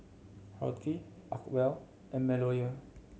Horti Acwell and MeadowLea